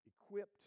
equipped